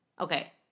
okay